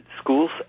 schools